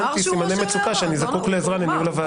אני סימנתי סימני מצוקה שאני זקוק לעזרה בניהול הוועדה?